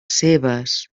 seves